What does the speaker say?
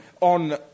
on